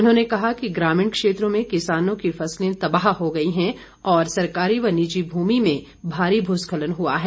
उन्होंने कहा कि ग्रामीण क्षेत्रों में किसानों की फसलें तबाह हो गई हैं और सरकारी व निजी भूमि में भारी भूस्खलन हुआ है